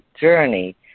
journey